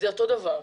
זה אותו הדבר.